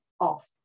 off